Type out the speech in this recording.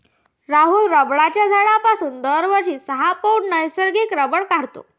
राहुल रबराच्या झाडापासून दरवर्षी सहा पौंड नैसर्गिक रबर काढतो